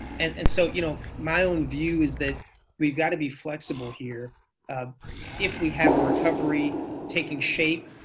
and and so you know my own view is that we've got to be flexible here if we have a recovery taking shape.